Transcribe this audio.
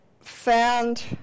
found